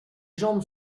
jambes